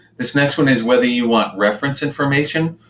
this next one is whether you want reference information.